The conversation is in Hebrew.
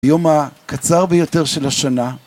ביום הקצר ביותר של השנה.